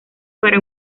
para